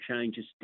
changes